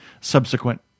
subsequent